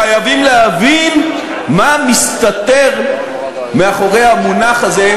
חייבים להבין מה מסתתר מאחורי המונח הזה,